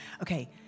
Okay